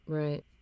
right